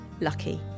lucky